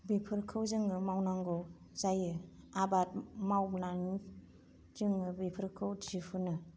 बेफोरखौ जोङो मावनांगौ जायो आबाद मावनानै जोङो बेफोरखौ दिहुनो